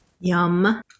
Yum